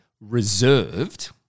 reserved